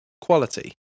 Quality